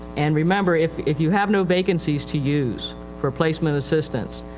and remember if, if you have no vacancies to use for placement assistance,